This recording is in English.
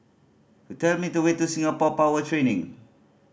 tell me the way to Singapore Power Training